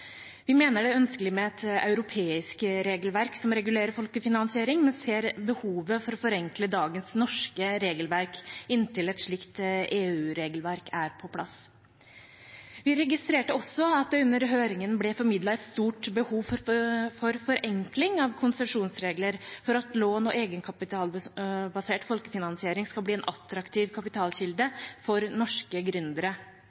Vi mener det er ønskelig med et europeisk regelverk som regulerer folkefinansiering, men ser behovet for å forenkle dagens norske regelverk inntil et slikt EU-regelverk er på plass. Vi registrerte også at det under høringen ble formidlet et stort behov for forenkling av konsesjonsregler for at lån og egenkapitalbasert folkefinansiering skal bli en attraktiv